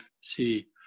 see